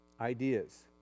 ideas